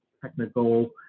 technical